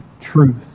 truth